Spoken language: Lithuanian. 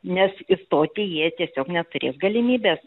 nes įstoti jie tiesiog neturės galimybės